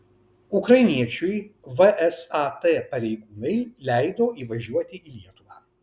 ukrainiečiui vsat pareigūnai leido įvažiuoti į lietuvą